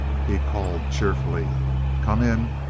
he called cheerfully come in!